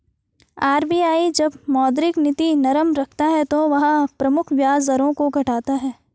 RBI जब मौद्रिक नीति नरम रखता है तो वह प्रमुख ब्याज दरों को घटाता है